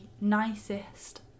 nicest